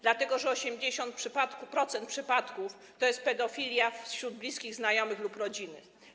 Dlatego że 80% przypadków to jest pedofilia wśród bliskich znajomych lub rodziny.